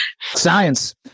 science